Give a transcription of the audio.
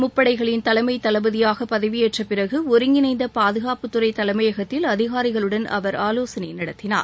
முப்படைகளின் தலைமைத் தளபதியாக பதவியேற்றப் பிறகு ஒருங்கிணைந்த பாதகாப்புத்துறை தலைமையகத்தில் அதிகாரிகளுடன் அவர் ஆலோசனை நடத்தினார்